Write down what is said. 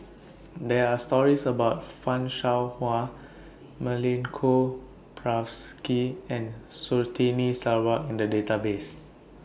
There Are stories about fan Shao Hua Milenko Prvacki and Surtini Sarwan in The Database